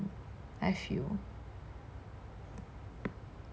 I feel